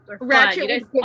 ratchet